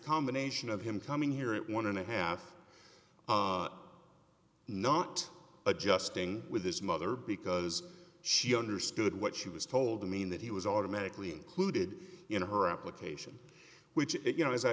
combination of him coming here at one and a half not adjusting with his mother because she understood what she was told i mean that he was automatically included in her application which you know as i